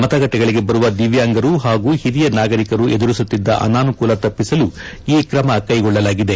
ಮತಗಟ್ಟೆಗಳಿಗೆ ಬರುವ ದಿವ್ಯಾಂಗರು ಹಾಗೂ ಹಿರಿಯ ನಾಗರಿಕರು ಎದುರಿಸುತ್ತಿದ್ದ ಅನಾನುಕೂಲ ತಪ್ಪಿಸಲು ಈ ಕ್ರಮ ಕೈಗೊಳ್ಳಲಾಗಿದೆ